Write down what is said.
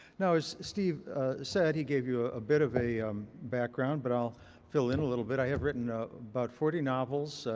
now, as steve said, he gave you ah a bit of a um background, but i'll fill in a little bit. i have written about forty novels,